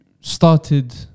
started